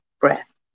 breath